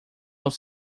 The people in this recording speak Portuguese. aos